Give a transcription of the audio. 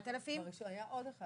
היה עוד אחד.